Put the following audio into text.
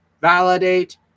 validate